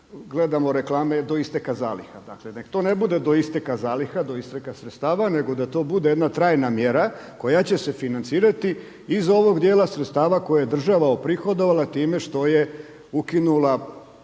gledamo reklame, do isteka zaliha. Dakle neka to ne bude do isteka zaliha, do isteka sredstava nego da to bude jedna trajna mjera koja će se financirati iz ovog dijela sredstava koje je država uprihodovala time što je ukinula